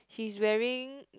she is wearing